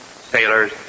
sailors